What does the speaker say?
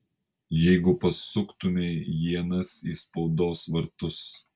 jeigu pasuktumei ienas į spaudos vartus